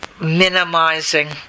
minimizing